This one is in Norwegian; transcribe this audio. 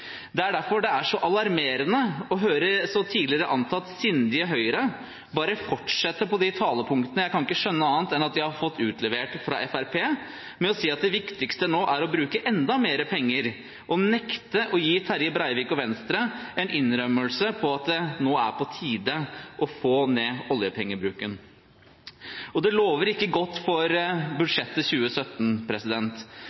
Det er derfor det er så alarmerende å høre det tidligere antatt sindige Høyre bare fortsette på de talepunktene jeg ikke kan skjønne annet enn at de har fått utlevert fra Fremskrittspartiet, med å si at det viktigste nå er å bruke enda mer penger, og nekte å gi Terje Breivik og Venstre en innrømmelse om at det nå er på tide å få ned oljepengebruken. Det lover ikke godt for